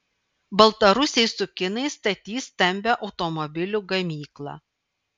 baltarusiai su kinais statys stambią automobilių gamyklą